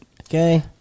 Okay